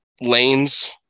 lanes